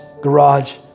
garage